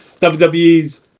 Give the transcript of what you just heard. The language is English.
WWE's